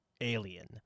Alien